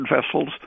vessels